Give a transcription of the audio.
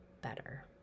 better